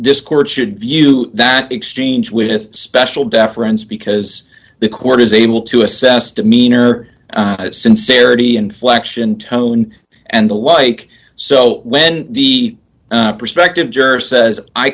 his court should view that exchange with special deference because the court is able to assess demeanor sincerity inflection tone and the like so when the prospective juror says i